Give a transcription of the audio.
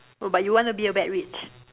oh but you want to be a bad witch